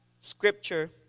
scripture